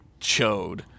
chode